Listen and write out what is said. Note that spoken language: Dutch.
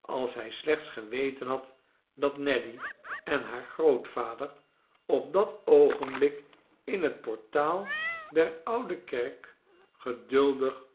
als hij slechts geweten had dat nelly en haar grootvader op dat oogenblik in het portaal der oude kerk geduldig